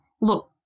look